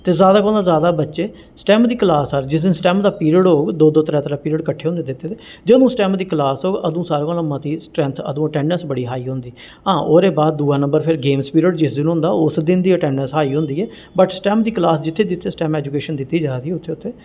ते जादा कोला जादा बच्चे स्टेम दी क्लास जिस दिन स्टेम दा पीरियड होग दो दो त्रै त्रै पीरियड किट्टे होंदे दित्ते दे जदूं स्टेम दी क्लास होग अदूं सारें कोले मती स्ट्रैंथ अदूं अटैडंस बड़ी हाई होंदी हां ओह्दे बाद दूए नंबर फिर गेम्स पीरियड जिस दिन होंदा उस दिन दी अटैडंस हाई होंदी ऐ बट स्टेम दी क्लास जित्थें जित्थें स्टेम एजुकेशन दित्ती जा दी उत्थें उत्थें